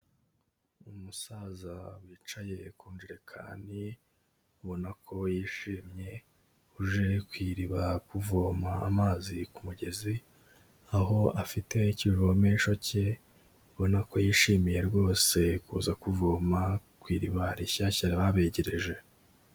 Umusaza wicaye ku njerekani abona ko yishimye, uje ku iriba kuvoma amazi ku mugezi, aho afite ikivomesho cye ubona ko yishimiye rwose kuza kuvoma ku iriba rishyashya babegereje.